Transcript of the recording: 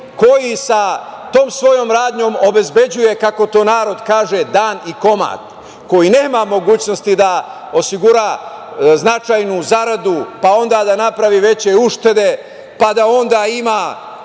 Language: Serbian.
koji sa tom svojom radnjom obezbeđuje, kako to narod kaže, dan i komad, koji nema mogućnosti da osigura značajnu zaradu, pa onda da napravi veće uštede, pa da onda ima